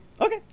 okay